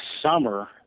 summer